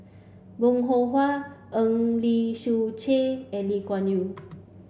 Bong Hiong Hwa Eng Lee Seok Chee and Lee Kuan Yew